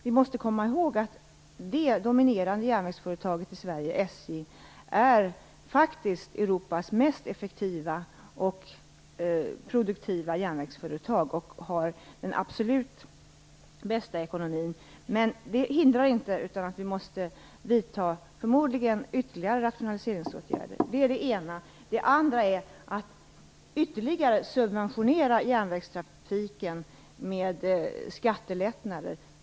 Vi måste komma ihåg att det dominerande järnvägsföretaget i Sverige, SJ, faktiskt är Europas mest effektiva och produktiva järnvägsföretag och har den absolut bästa ekonomin. Det hindrar dock inte att vi förmodligen måste vidta ytterligare rationaliseringsåtgärder. Det är det ena. Det andra är att ytterligare subventionera järnvägstrafiken med skattelättnader.